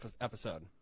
episode